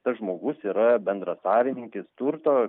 tas žmogus yra bendrasavininkis turto